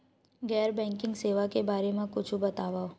गैर बैंकिंग सेवा के बारे म कुछु बतावव?